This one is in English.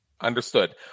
Understood